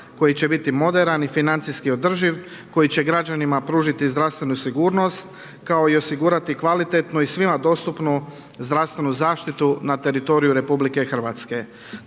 koji će biti moderan i financijski održiv, koji će građanima pružiti zdravstvenu sigurnost, kao i osigurati kvalitetnu i svima dostupnu zdravstvenu zaštitu na teritoriju RH. Dvije točke